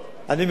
אני מכבד.